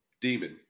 demon